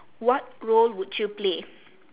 what role would you play